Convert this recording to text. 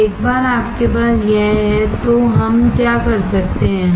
अब एक बार आपके पास यह हैतो हम क्या कर सकते हैं